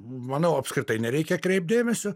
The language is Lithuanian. manau apskritai nereikia kreipt dėmesio